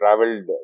traveled